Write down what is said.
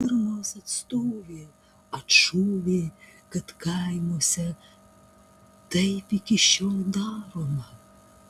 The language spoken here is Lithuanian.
firmos atstovė atšovė kad kaimuose taip iki šiol daroma